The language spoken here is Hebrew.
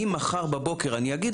אם מחר בבוקר אני אגיד,